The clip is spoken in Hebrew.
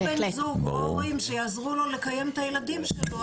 ופסיכולוג שאין לו או בן זוג או הורים שיעזרו לו לקיים את הילדים שלו